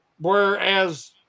Whereas